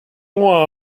nom